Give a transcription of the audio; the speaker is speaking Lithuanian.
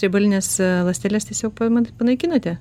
riebalines ląsteles tiesiog paimat ir panaikinate